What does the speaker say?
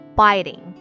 biting